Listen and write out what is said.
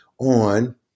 on